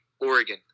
Oregon